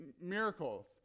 miracles